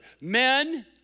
Men